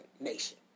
Nation